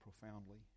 profoundly